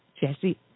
Jesse